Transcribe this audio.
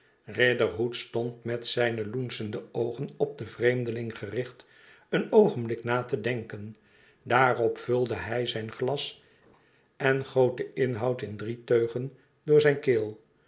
riderhood stond met zijne loensche oogên op den vreemdeling gericht een oogenblik na te denken daarop vulde hij zijn glas en goot den inhoud in drie teugen door zijne keel